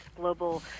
global